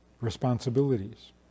responsibilities